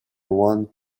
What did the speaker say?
want